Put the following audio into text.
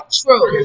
true